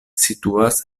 situas